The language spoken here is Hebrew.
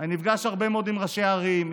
אני נפגש הרבה מאוד עם ראשי ערים,